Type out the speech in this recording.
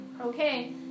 Okay